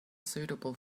suitable